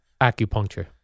acupuncture